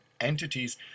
entities